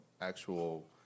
actual